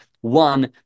one